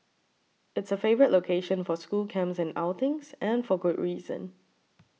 it's a favourite location for school camps and outings and for good reason